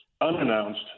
unannounced